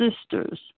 sisters